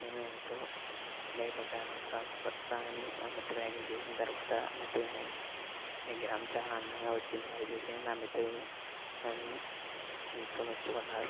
నేను ఎంతో భయపడ్డాను కాకపోతే కాని ఆ మట్టి వినాయకుణ్ణి చేసిన తరువాత మట్టి విగ్రహం చాలా అందంగా వచ్చింది అది చూసి నా మిత్రులు నన్ను ఎంతో మెచ్చుకున్నారు